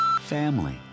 Family